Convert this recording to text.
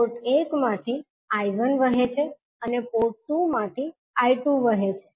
port 1 માંથી I1 વહે છે અને પોર્ટ 2 માંથી I2 વહે છે